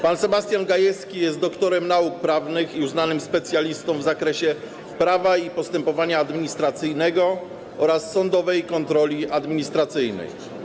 Pan Sebastian Gajewski jest doktorem nauk prawnych i uznanym specjalistą w zakresie prawa i postępowania administracyjnego oraz sądowej kontroli administracyjnej.